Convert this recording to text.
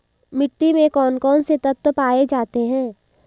मिट्टी में कौन कौन से तत्व पाए जाते हैं?